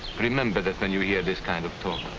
remember that when you hear this kind of talk.